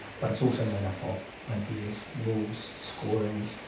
but it's also made up of ideas, moves, scorings,